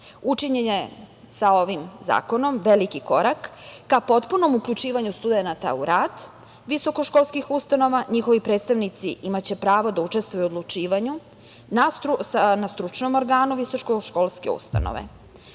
Učinjen je sa ovim zakonom veliki korak ka potpunom uključivanju studenata u rad visokoškolskih ustanova. Njihovi predstavnici imaće pravo da učestvuju u odlučivanju na stručnom organu visokoškolske ustanove. Sve